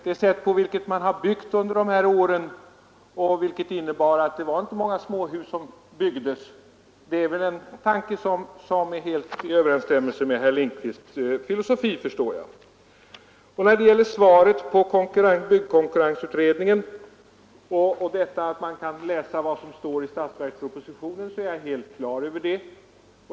Det sätt på vilket man skött byggnadsverksamheten de senaste årtiondena har inneburit att inte många småhus uppförts, och det förstår jag är helt i överensstämmelse med herr Lindkvists filosofi. När det gäller byggkonkurrensutredningen är jag helt på det klara med att det finns ett uttalande i statsverkspropositionen om denna.